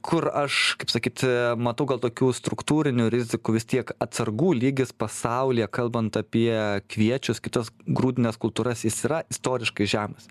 kur aš kaip sakyt matau gal tokių struktūrinių rizikų vis tiek atsargų lygis pasaulyje kalbant apie kviečius kitas grūdines kultūras jis yra istoriškai žemas